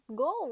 go